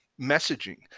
messaging